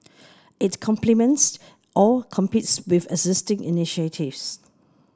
it complements or competes with existing initiatives